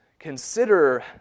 consider